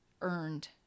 earned